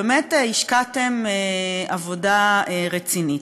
באמת, השקעתם עבודה רצינית.